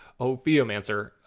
Ophiomancer